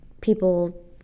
people